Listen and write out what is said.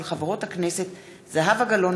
של חברות הכנסת זהבה גלאון,